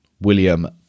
William